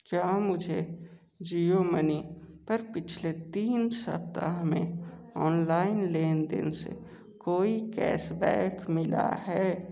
क्या मुझे जियो मनी पर पिछले तीन सप्ताह में ऑनलाइन लेन देन से कोई कैशबैक मिला है